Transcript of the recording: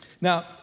Now